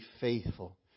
faithful